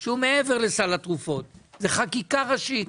שהוא מעבר לסל התרופות, זה חקיקה ראשית,